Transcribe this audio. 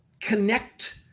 connect